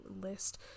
list